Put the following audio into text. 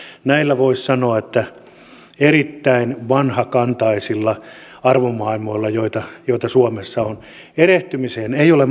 näillä voisi sanoa erittäin vanhakantaisilla arvomaailmoilla joita joita suomessa on erehtymiseen ei ole